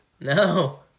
No